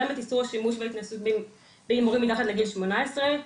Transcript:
את איסור השימוש וההתנסות בהימורים מתחת לגיל שמונה עשרה.